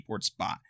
spot